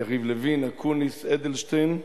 יריב לוין, אקוניס, אדלשטיין,